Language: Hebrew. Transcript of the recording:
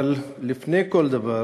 אבל לפני כל דבר